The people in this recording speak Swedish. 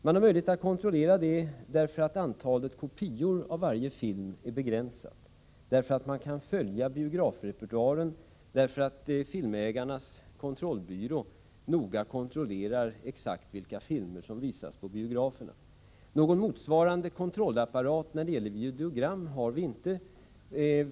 Man har möjlighet att kontrollera det, därför att antalet kopior av varje film är begränsat, därför att man kan följa biografrepertoaren, därför att Filmägarnas Kontrollbyrå noga kontrollerar exakt vilka filmer som visas på biograferna. Någon motsvarande kontrollapparat när det gäller videogram har vi inte.